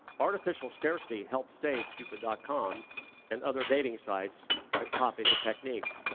artificial scarcity help save cupid dot com and other dating sites that copied the technique.